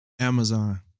Amazon